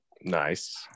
nice